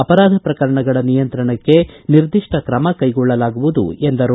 ಅಪರಾಧ ಪ್ರಕರಣಗಳ ನಿಯಂತ್ರಣಕ್ಕೆ ನಿರ್ದಿಷ್ಟ ಕ್ರಮ ಕೈಗೊಳ್ಳಲಾಗುವುದು ಎಂದರು